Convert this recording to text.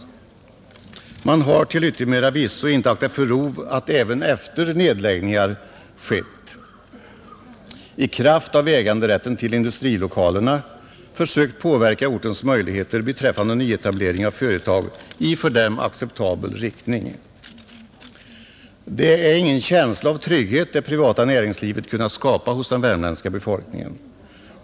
Bolagen har till yttermera visso inte aktat för rov att även efter det nedläggningar skett, i kraft av äganderätten till industrilokalerna, försöka påverka ortens möjligheter beträffande nyetablering av företag i för dem acceptabel riktning. Det är ingen känsla av trygghet som det privata näringslivet kunde skapa hos den värmländska befolkningen.